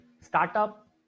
startup